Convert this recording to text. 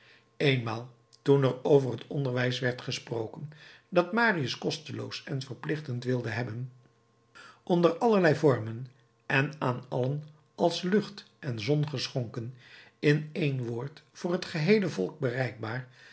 eenmaal toen er over het onderwijs werd gesproken dat marius kosteloos en verplichtend wilde hebben onder allerlei vormen en aan allen als lucht en zon geschonken in één woord voor het geheele volk bereikbaar